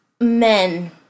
men